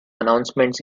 announcements